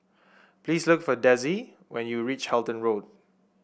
please look for Dezzie when you reach Halton Road